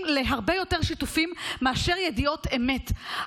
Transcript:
להרבה יותר שיתופים מאשר ידיעות אמת,